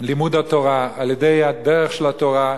לימוד התורה, על-ידי הדרך של התורה,